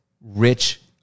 Rich